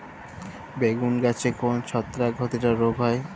বেগুন গাছে কোন ছত্রাক ঘটিত রোগ হয়?